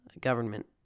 government